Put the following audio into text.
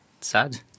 sad